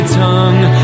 tongue